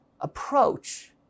approach